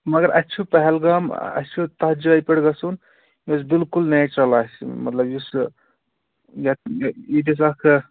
مگر اَسہِ چھُ پہلگام اَسہِ چھُ تَتھ جایہِ پیٚٹھ گژھُن یُس بِلکُل نیچرل آسہِ مطلب یُس